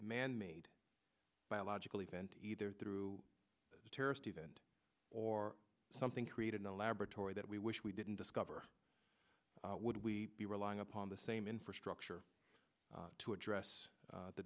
manmade biological event either through a terrorist event or something created in a laboratory that we wish we didn't discover would we be relying upon the same infrastructure to address